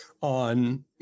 on